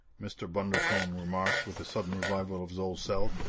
mr. bundercombe remarked with a sudden revival of his old self,